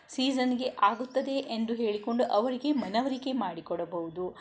ಸೀಝನ್ನಿಗೆ ಆಗುತ್ತದೆ ಎಂದು ಹೇಳಿಕೊಂಡು ಅವರಿಗೆ ಮನವರಿಕೆ ಮಾಡಿ ಕೊಡಬಹುದು